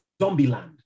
Zombieland